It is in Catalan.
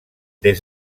des